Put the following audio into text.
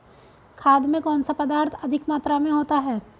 खाद में कौन सा पदार्थ अधिक मात्रा में होता है?